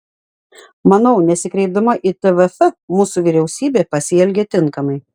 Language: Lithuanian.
manau nesikreipdama į tvf mūsų vyriausybė pasielgė tinkamai